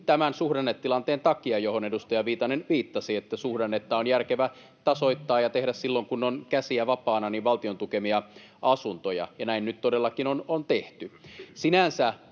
tämän suhdannetilanteen takia, johon edustaja Viitanen viittasi, että suhdannetta on järkevä tasoittaa ja tehdä valtion tukemia asuntoja silloin, kun on käsiä vapaana. Näin nyt todellakin on tehty.